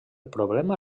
problema